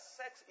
sex